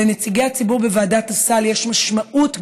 לנציגי הציבור בוועדת הסל יש משמעות גדולה,